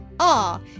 Ah